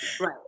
Right